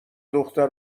دختر